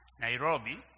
Nairobi